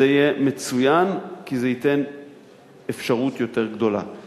זה יהיה מצוין כי זה ייתן אפשרות גדולה יותר.